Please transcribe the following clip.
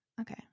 Okay